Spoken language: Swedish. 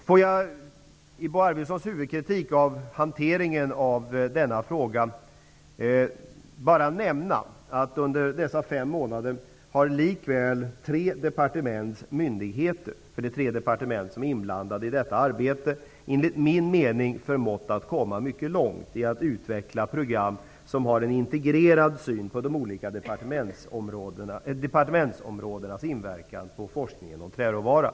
Får jag med anledning av Bo Arvidsons huvudkritik av hanteringen av denna fråga bara nämna att under dessa fem månader har likväl tre departements myndigheter -- för det är tre departement som är inblandade i detta arbete -- enligt min mening förmått att komma mycket långt med att utveckla program som har en integrerad syn på de olika departementsområdenas inverkan på forskningen om träråvaran.